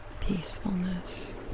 peacefulness